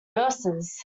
nurses